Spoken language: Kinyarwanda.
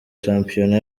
shampiyona